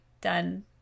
done